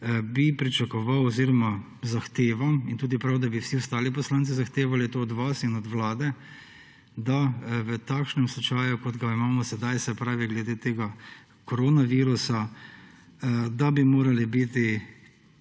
bi pričakoval oziroma zahtevam in je tudi prav, da bi vsi ostali poslanci zahtevali to od vas in od Vlade, da v takšnem slučaju, kot ga imamo sedaj, se pravi glede tega koronavirusa, da bi morali biti